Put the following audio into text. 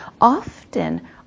Often